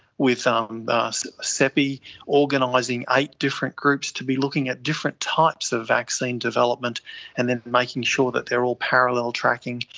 with um cepi organising eight different groups to be looking at different types of vaccine development and then making sure that they are all parallel tracking,